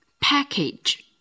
Package